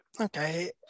okay